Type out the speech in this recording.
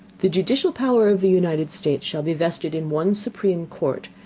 the judicial power of the united states, shall be vested in one supreme court,